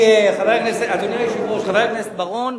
אדוני היושב-ראש, חבר הכנסת בר-און,